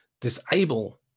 disable